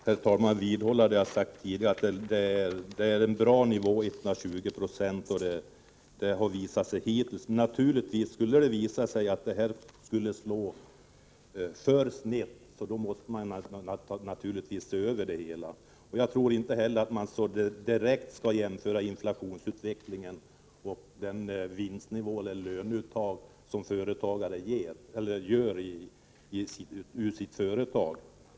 Herr talman! Jag vill vidhålla det jag sagt tidigare, nämligen att 120 9c hittills har visat sig vara en bra nivå. Skulle det visa sig att det slår för snett, måste man naturligtvis se över det hela. Jag tror inte att man direkt skall jämföra inflationsutvecklingen och den vinst eller den lön som företagare tar ut ur sitt företag.